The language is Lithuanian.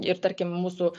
ir tarkim mūsų